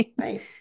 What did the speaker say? Right